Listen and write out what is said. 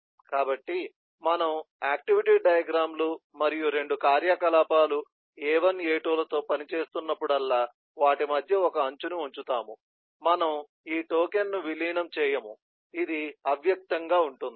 కాబట్టి మనము activity diagram లు మరియు 2 కార్యకలాపాలు A1 A2 లతో పనిచేస్తున్నప్పుడల్లా వాటి మధ్య ఒక అంచుని ఉంచుతాము మనము ఈ టోకెన్ను విలీనం చేయము ఇది అవ్యక్తంగా ఉంటుంది